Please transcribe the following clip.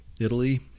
Italy